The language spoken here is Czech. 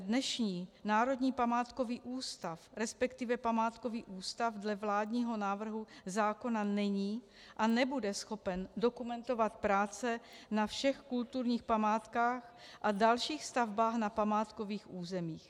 Dnešní Národní památkový ústav, resp. památkový ústav, dle vládního návrhu zákona není a nebude schopen dokumentovat práce na všech kulturních památkách a dalších stavbách na památkových územích.